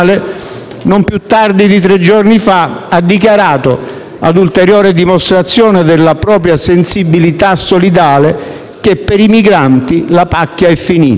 non più tardi di tre giorni fa ha dichiarato, ad ulteriore dimostrazione della propria sensibilità solidale, che per i migranti la pacchia è finita.